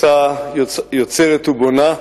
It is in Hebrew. יוצרת ובונה,